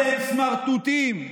אתם סמרטוטים,